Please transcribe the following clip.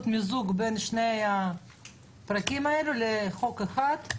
מיזוג בין שני הפרקים הללו לחוק אחד.